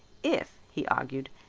if, he argued,